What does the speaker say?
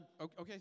Okay